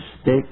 stick